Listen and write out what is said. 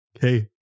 hey